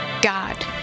God